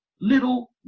little